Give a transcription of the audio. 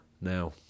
now